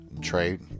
trade